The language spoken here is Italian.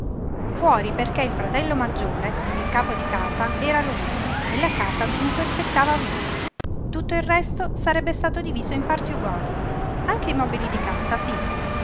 fuori fuori perché il fratello maggiore il capo di casa era lui e la casa spettava dunque a lui tutto il resto sarebbe stato diviso in parti uguali anche i mobili di casa sí